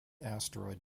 asteroid